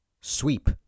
sweep